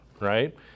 right